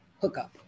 hookup